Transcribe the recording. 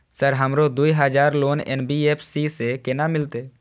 Sir हमरो दूय हजार लोन एन.बी.एफ.सी से केना मिलते?